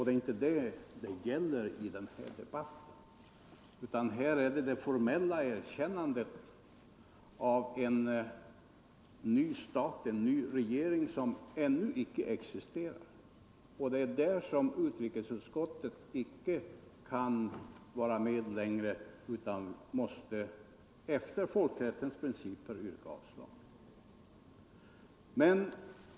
Det är inte det debatten gäller, utan den gäller det formella erkännandet av en ny stat, en ny regering som ännu icke existerar. Och det är där utrikesutskottet icke kan vara med längre utan efter folkrättens principer måste yrka avslag.